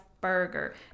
burger